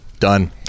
Done